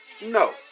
No